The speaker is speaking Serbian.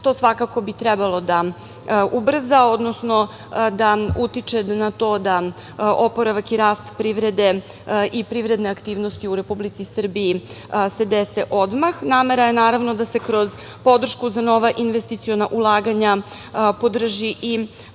bi svakako trebalo da ubrza, odnosno da utiče na to da oporavak i rast privrede i privredne aktivnosti u Republici Srbiji se dese odmah. Namera je naravno da se kroz podršku za nova investiciona ulaganja podrži i